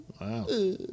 Wow